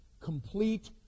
complete